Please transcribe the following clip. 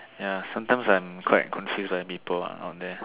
ya sometimes I'm quite confused by the people ah out there